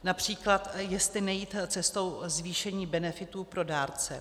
Například jestli nejít cestou zvýšení benefitů pro dárce.